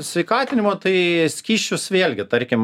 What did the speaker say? sveikatinimo tai skysčius vėlgi tarkim